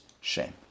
Shame